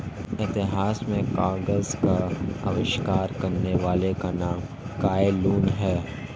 इतिहास में कागज का आविष्कार करने वाले का नाम काई लुन है